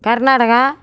Karnataka